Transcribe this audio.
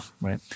right